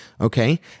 Okay